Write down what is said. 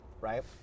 right